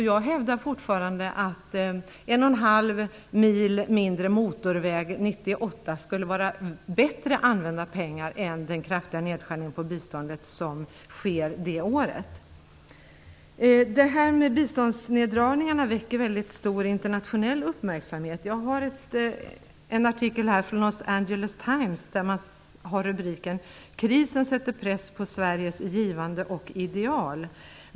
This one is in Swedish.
Jag hävdar fortfarande att en och en halv mil mindre motorväg år 1998 skulle vara ett bättre sätt att använda pengar än den kraftiga nedskärning på biståndet som sker det året. Biståndsneddragningarna väcker väldigt stor internationell uppmärksamhet. Jag har här en artikel från Los Angeles Times där man har rubriken: Krisen sätter press på Sveriges givande och ideal.